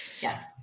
yes